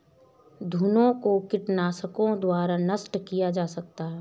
घुनो को कीटनाशकों द्वारा नष्ट किया जा सकता है